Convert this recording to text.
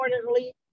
importantly